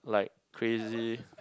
like crazy